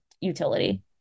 utility